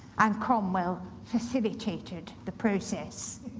and cromwell facilitated the process.